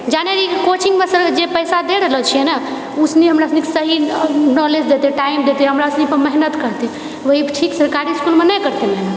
जाने रहिए कोचिङ्गमे जे पैसा दए रहल छिए नहि उसनि हमर सही नौलेज देतए टाइम देतए हमरा सनि पर मेहनत करतेै ओएह चीज सरकारी इसकुलमे नहि करतै ओ